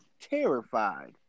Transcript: terrified